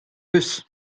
eus